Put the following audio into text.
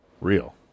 Real